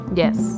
yes